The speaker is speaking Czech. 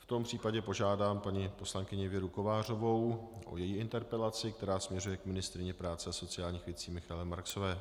V tom případě požádám paní poslankyni Věru Kovářovou o její interpelaci, která směřuje k ministryni práce a sociálních věcí Michale Marksové.